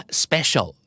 special